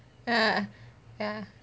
ah ya